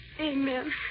Amen